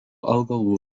augalų